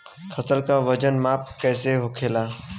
फसल का वजन माप कैसे होखेला?